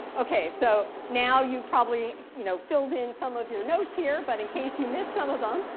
ok, so now, you've probably you know filled in some of your notes here, but in case you missed some of them,